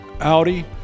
Audi